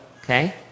okay